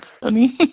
funny